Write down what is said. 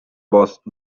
both